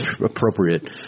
appropriate